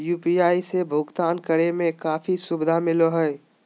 UPI से भुकतान करे में काफी सुबधा मिलैय हइ